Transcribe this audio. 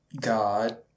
God